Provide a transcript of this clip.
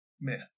myth